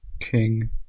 King